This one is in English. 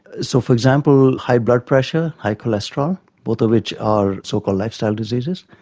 so, for example, high blood pressure, high cholesterol, both of which are so-called lifestyle diseases,